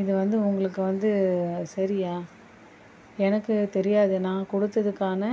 இதை வந்து உங்களுக்கு வந்து சரியா எனக்கு தெரியாது நான் கொடுத்ததுக்கான